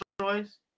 choice